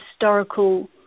historical